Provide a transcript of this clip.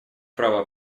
права